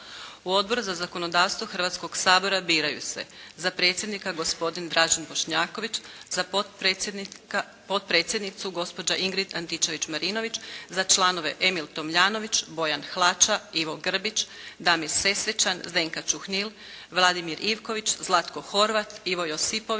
U Odbor za zakonodavstvo Hrvatskoga sabora biraju se za predsjednika gospodin Dražen Bošnjaković, za potpredsjednicu gospođa Ingrid Antičević-Marinović, za članove Emil Tomljanović, Bojan Hlača, Ivo Grbić, Damir Sesvečan, Zdenka Čuhnil, Vladimir Ivković, Zlatko Horvat, Ivo Josipović,